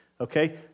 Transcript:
okay